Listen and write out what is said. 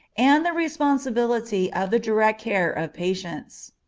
and the responsibility of the direct care of patients.